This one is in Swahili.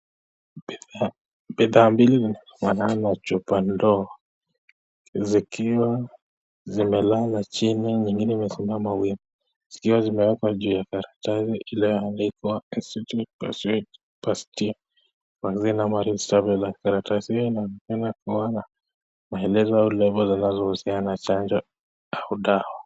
Bidhaa mbili zilifanana na chupa ndogo zikiwa zimelala chini, nyingine imesimama wima. Zikiwa zimewekwa juu ya karatasi iliyoandikwa Institute Pasteur . Karatasi hiyo anaweza kuona maelezo au lebo zinazohusiana na chanjo au dawa.